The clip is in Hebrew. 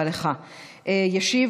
תראו,